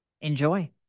Enjoy